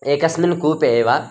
एकस्मिन् कूपे एव